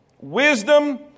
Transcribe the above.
wisdom